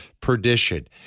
perdition